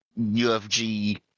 UFG